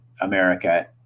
America